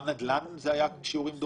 גם נדל"ן היה בשיעורים דומים?